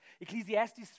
Ecclesiastes